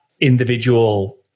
individual